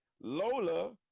Lola